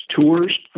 tours